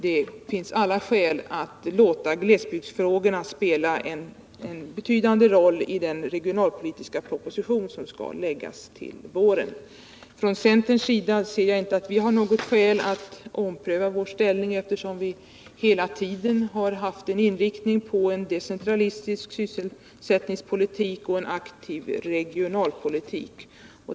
Det finns alla skäl att låta glesbygdsfrågorna spela en betydande roll i den regionalpolitiska proposition som skall framläggas till våren. Från centerns sida ser jag inte att vi har något skäl att ompröva vår inställning, eftersom vi hela tiden har varit inriktade på en decentralistisk sysselsättningspolitik och en aktiv regionalpolitik.